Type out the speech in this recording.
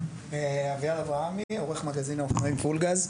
אביעד אברהמי, עורך מגזין האופנועים פול גז.